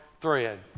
thread